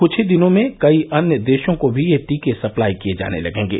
क्छ ही दिनों में कई अन्य देशों को भी ये टीके सप्लाई किए जाने लगेंगे